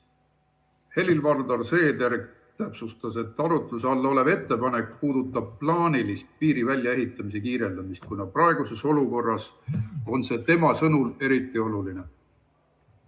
Helir-Valdor Seeder täpsustas, et arutluse all olev ettepanek puudutab plaanilist piiri väljaehitamise kiirendamist, kuna praeguses olukorras on see tema sõnul eriti oluline.